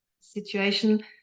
situation